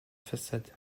façade